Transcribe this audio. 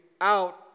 out